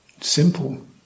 simple